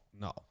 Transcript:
no